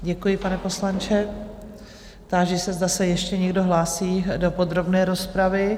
Děkuji, pane poslanče, táži se, zda se ještě někdo hlásí do podrobné rozpravy?